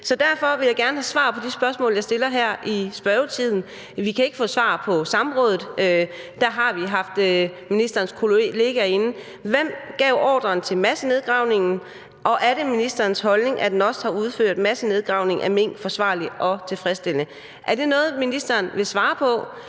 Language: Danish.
Derfor vil jeg gerne have svar på de spørgsmål, jeg stiller her i spørgetiden. Vi kunne ikke få svar på samrådet, hvor vi havde ministerens kollegaer inde. Hvem gav ordren til massenedgravningen, og er det ministerens holdning, at NOST har udført massenedgravningen af mink forsvarligt og tilfredsstillende? Er det noget, ministeren vil svare på